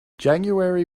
january